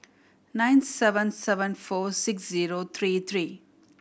nine seven seven four six zero three three